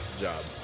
job